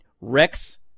rex